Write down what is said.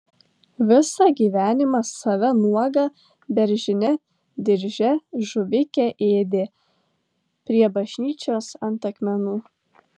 visą gyvenimą save nuogą beržine dirže žuvikę ėdė prie bažnyčios ant akmenų